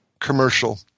commercial